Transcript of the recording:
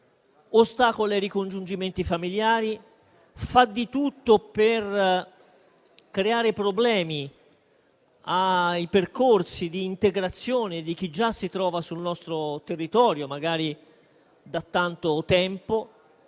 altresì i ricongiungimenti familiari. Fa di tutto per creare problemi ai percorsi di integrazione di chi già si trova sul nostro territorio, magari da tanto tempo.